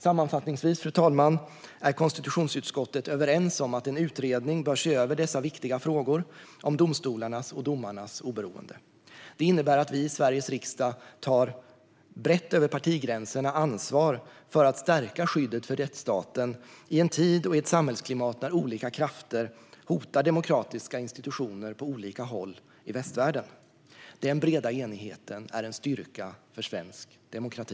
Sammanfattningsvis är konstitutionsutskottet överens om att en utredning bör se över dessa viktiga frågor om domstolarnas och domarnas oberoende. Det innebär att vi i Sveriges riksdag brett över partigränserna tar ansvar för att stärka skyddet för rättsstaten i en tid och i ett samhällsklimat när olika krafter hotar demokratiska institutioner på olika håll i västvärlden. Denna breda enighet är en stryka för svensk demokrati.